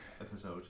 episode